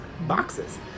boxes